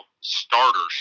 starters